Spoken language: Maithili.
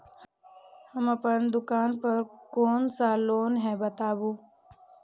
हम अपन दुकान पर कोन सा लोन हैं बताबू?